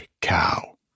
cow